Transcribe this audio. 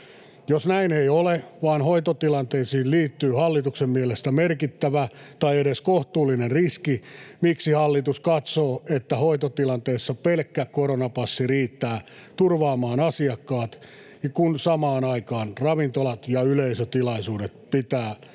Jos näin ei ole, vaan hoitotilanteisiin liittyy hallituksen mielestä merkittävä tai edes kohtuullinen riski, miksi hallitus katsoo, että hoitotilanteessa pelkkä koronapassi riittää turvaamaan asiakkaat, kun samaan aikaan ravintolat ja yleisötilaisuudet pitää riskeihin